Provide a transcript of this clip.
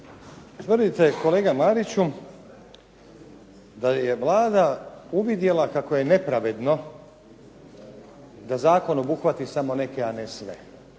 Tvrdite, kolega Mariću, da je Vlada uvidjela kako je nepravedno da zakon obuhvati samo neke, a ne sve